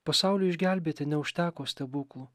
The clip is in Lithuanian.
pasauliui išgelbėti neužteko stebuklų